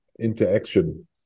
interaction